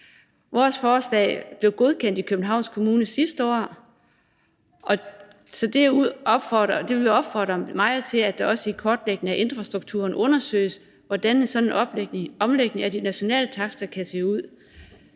Vores forslag blev godkendt i Københavns Kommune sidste år, så vi vil meget opfordre til, at det også i kortlægningen af infrastrukturen undersøges, hvordan en sådan omlægning af de nationale takster kan se ud,